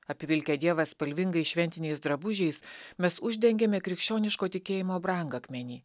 apvilkę dievą spalvingais šventiniais drabužiais mes uždengiame krikščioniško tikėjimo brangakmenį